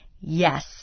Yes